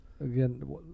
again